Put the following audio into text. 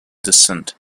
descent